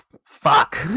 fuck